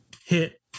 hit